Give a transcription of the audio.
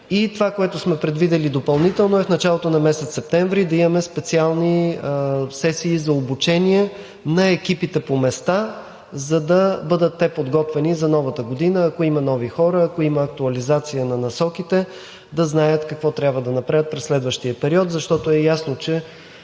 Това, което сме предвидили допълнително, е в началото на месец септември да имаме специални сесии за обучение на екипите по места, за да бъдат те подготвени за новата година – ако има нови хора, ако има актуализация на Насоките, да знаят какво трябва да направят през следващия период, защото е ясно, че